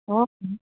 অঁ